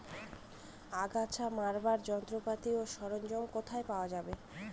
আগাছা মারার যন্ত্রপাতি ও সরঞ্জাম কোথায় পাওয়া যাবে?